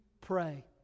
pray